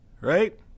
right